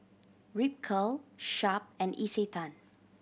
Ripcurl Sharp and Isetan